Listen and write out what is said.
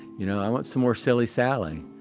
you know, i want some more silly sally.